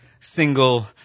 single